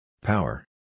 Power